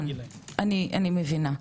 אני מבינה.